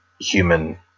human